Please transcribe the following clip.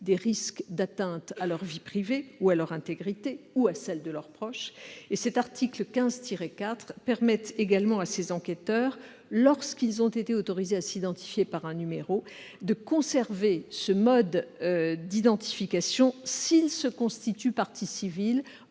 des risques d'atteinte à leur vie privée ou à leur intégrité ou à celle de leurs proches. Cet article permet également à ces enquêteurs, lorsqu'ils ont été autorisés à s'identifier par un numéro, de conserver ce mode d'identification s'ils se constituent parties civiles